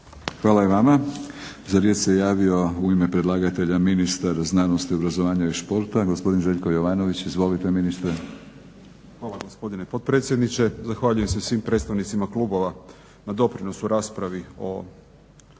Hvala i vama. Za riječ se javio u ime predlagatelja ministar znanosti, obrazovanja i športa gospodin Željko Jovanović. Izvolite ministre. **Jovanović, Željko (SDP)** Hvala gospodine potpredsjedniče. Zahvaljujem se svim predstavnicima klubova na doprinosu raspravi o